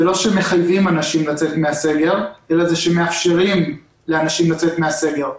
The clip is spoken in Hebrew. זה לא שמחייבים אנשים לצאת מן הסגר אלא מאפשרים לאנשים לצאת מן הסגר.